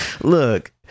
Look